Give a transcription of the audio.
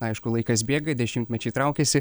aišku laikas bėga dešimtmečiai traukiasi